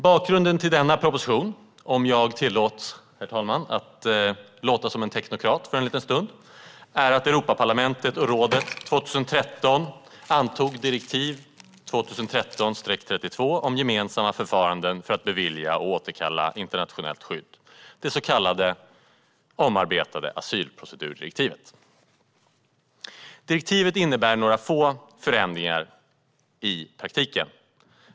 Bakgrunden till denna proposition är - om jag tillåts att låta som en teknokrat en liten stund, herr talman - att Europaparlamentet och rådet 2013 antog direktiv 2013/32 om gemensamma förfaranden för att bevilja och återkalla internationellt skydd, det så kallade omarbetade asylprocedurdirektivet. Direktivet innebär i praktiken några få förändringar.